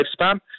lifespan